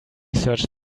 search